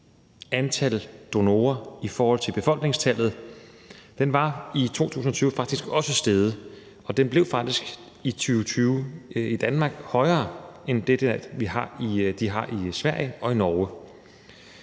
antallet af donorer i forhold til befolkningstallet, var i 2020 faktisk også steget, og den blev faktisk i 2020 i Danmark højere end det, de har i Sverige og i Norge.